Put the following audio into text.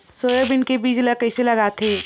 Soybean के बीज ल कइसे लगाथे?